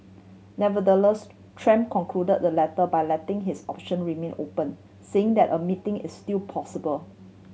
Nevertheless Trump concluded the letter by letting his option remain open saying that a meeting is still possible